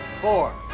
Four